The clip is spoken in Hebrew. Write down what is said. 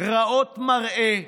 רעות מראה,